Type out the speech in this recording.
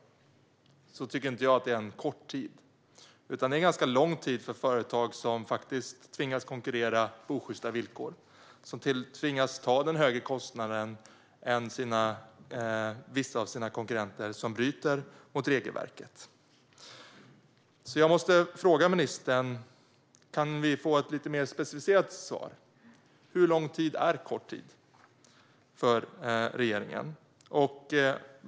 Jag tycker inte att det är en kort tid. Det är en ganska lång tid för företag som tvingas konkurrera med osjysta villkor och som tvingas ta en högre kostnad än vissa av konkurrenterna, som bryter mot regelverket. Jag måste fråga ministern: Kan vi få ett lite mer specificerat svar? Hur lång tid är kort tid för regeringen?